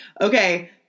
Okay